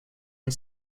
and